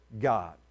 God